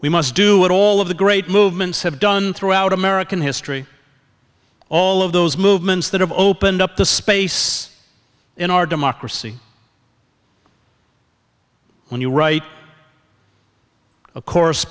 we must do what all of the great movements have done throughout american history all of those movements that have opened up the space in our democracy when you write a course